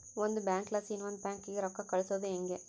ಒಂದು ಬ್ಯಾಂಕ್ಲಾಸಿ ಇನವಂದ್ ಬ್ಯಾಂಕಿಗೆ ರೊಕ್ಕ ಕಳ್ಸೋದು ಯಂಗೆ